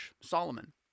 Solomon